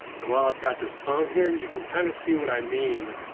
while i've got this on here, you can kind of see what i mean.